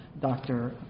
Dr. –